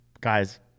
Guys